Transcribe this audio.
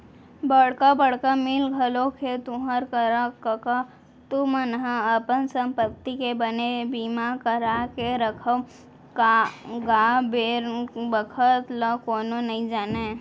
बड़का बड़का मील घलोक हे तुँहर करा कका तुमन ह अपन संपत्ति के बने बीमा करा के रखव गा बेर बखत ल कोनो नइ जानय